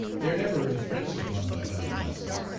they are never infringed upon by other classes,